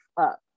up